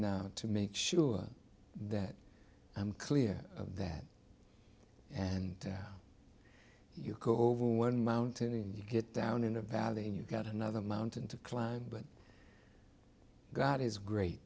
now to make sure that i'm clear of that and you go over one mountain and you get down in a valley and you've got another mountain to climb but god is great